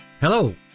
Hello